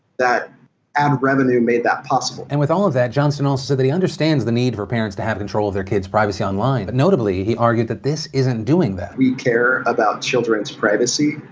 that ad revenue made that possible. and with all of that, johnston also said that he understands the need for parents to have control of their kids' privacy online, but notably, he argued that this isn't doing that. we care about children's privacy,